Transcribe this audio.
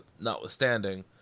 notwithstanding